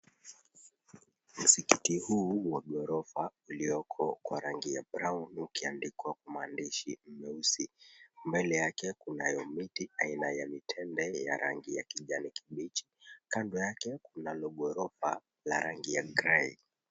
Msikiti huu wa ghorofa ulioko na rangi ya brown ukiandikwa maandishi meusi, mbele yake kunayo miti aina ya mitende ya rangi ya kijani kibichi kando yake kunayo ghorofa ya rangi ya gray .